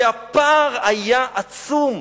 והפער היה עצום.